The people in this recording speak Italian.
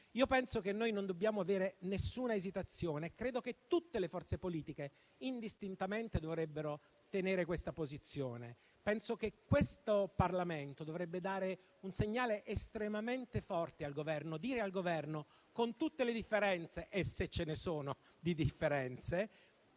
Penso che non dobbiamo avere alcuna esitazione e che tutte le forze politiche indistintamente dovrebbero tenere questa posizione. Penso che questo Parlamento dovrebbe dare un segnale estremamente forte al Governo, rammentandogli che, con tutte le differenze - e altroché se ce ne